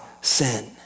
sin